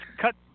cut